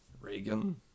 Reagan